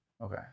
Okay